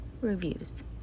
reviews